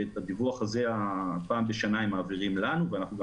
את הדיווח הזה הם מעבירים לנו פעם בשנה ואנחנו גם